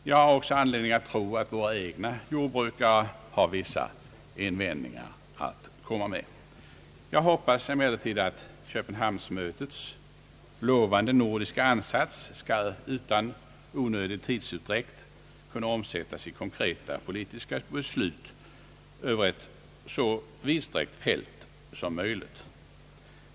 Jag har också anledning att tro att våra egna jordbrukare har vissa invändningar att komma med. Jag hoppas emellertid att köpenhamnsmötets lovande nordiska ansats skall utan onödig tidsutdräkt kunna omsättas i konkreta politiska beslut över ett så vidsträckt fält som möjligt.